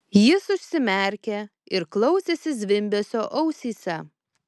jis užsimerkė ir klausėsi zvimbesio ausyse